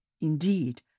indeed